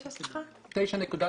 ב-2017.